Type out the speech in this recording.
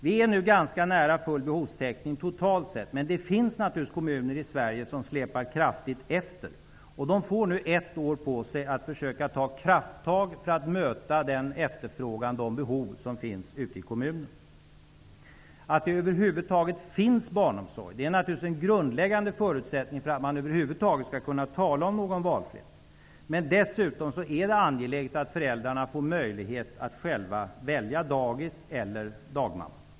Vi är nu ganska nära full behovstäckning totalt sett, men det finns kommuner i Sverige som släpar kraftigt efter. De får nu ett år på sig för att försöka ta krafttag för att möta den efterfrågan och de behov som finns ute i kommunerna. Att det över huvud taget finns barnomsorg är naturligtvis en grundläggande förutsättning för att man över huvud taget skall kunna tala om någon valfrihet, men dessutom är det angeläget att föräldrarna själva får möjlighet att välja dagis eller dagmamma.